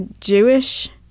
Jewish